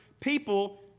people